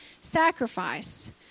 sacrifice